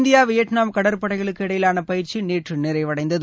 India Vietnam கடற்படைகளுக்கு இடையிலாள பயிற்சி நேற்று நிறைவடைந்தது